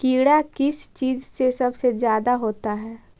कीड़ा किस चीज से सबसे ज्यादा होता है?